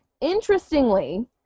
Interestingly